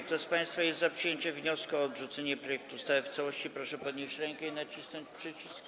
Kto z państwa jest za przyjęciem wniosku o odrzucenie projektu ustawy w całości, proszę podnieść rękę i nacisnąć przycisk.